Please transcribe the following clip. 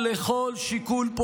זה לא